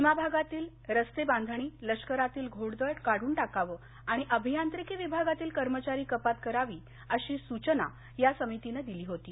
सीमा भागातील रस्ते बांधणी लष्करातील घोड दळ काढून टाकावे आणि अभियान्त्रिकी विभागातिल् कर्मचारी कपात करणे अशा सूच ना या समिती ने दिल्याहोत्या